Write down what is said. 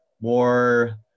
more